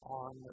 on